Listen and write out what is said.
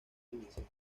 dimensión